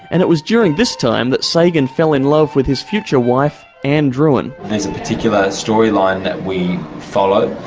and it was during this time that sagan fell in love with his future wife, ann druyan. there's particular storyline that we follow.